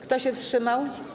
Kto się wstrzymał?